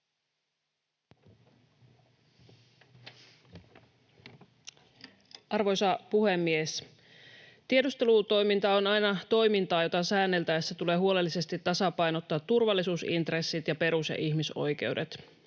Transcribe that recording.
Arvoisa puhemies! Tiedustelutoiminta on aina toimintaa, jota säänneltäessä tulee huolellisesti tasapainottaa turvallisuusintressit ja perus‑ ja ihmisoikeudet.